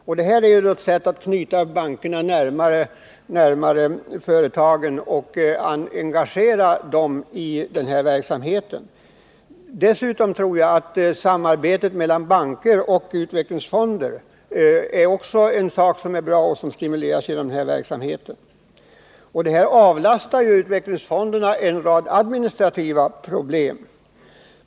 De nu föreslagna åtgärderna är ett sätt att knyta bankerna närmare företagen och att engagera dem i denna verksamhet. Dessutom tror jag att samarbete mellan banker och utvecklingsfonder är bra och att det stimuleras genom den här verksamheten. Utvecklingsfonderna avlastas också en rad administrativa problem.